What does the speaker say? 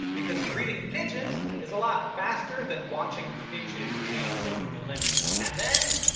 because breeding pigeons is a lot faster than watching finches change over millennia. and then?